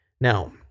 Now